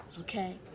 okay